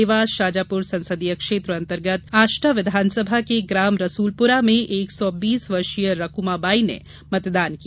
देवास शाजापुर संसदीय क्षेत्र अंतर्गत आष्टा विधानसभा के ग्राम रसूलपुरा में एक सौ बीस वर्षीय रुकमा बाई ने मतदान किया